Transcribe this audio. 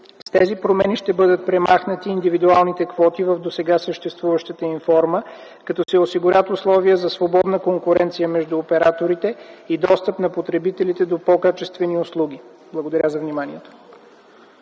С тези промени ще бъдат премахнати индивидуалните квоти в досега съществуващата им форма като се осигурят условия за свободна конкуренция между операторите и достъп на потребителите до по-качествени услуги. Благодаря за вниманието.